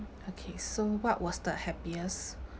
okay so what was the happiest